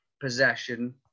possession